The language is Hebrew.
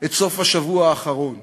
את סוף השבוע האחרון.